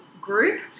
group